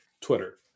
Twitter